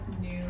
new